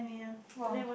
[wah]